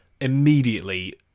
immediately